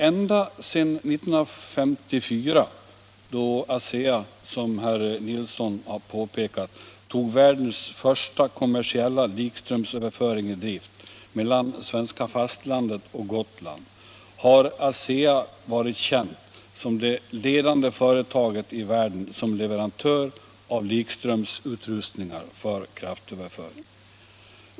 Ända sedan 1954, då ASEA som herr Nilsson har påpekat tog världens första kommersiella likströmsöverföring i drift mellan svenska fastlandet och Gotland, har ASEA varit känt som det ledande företaget i världen bland leverantörer av likströmsutrustningar för kraftöverföring.